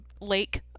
lake